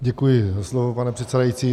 Děkuji za slovo, pane předsedající.